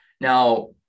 Now